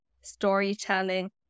storytelling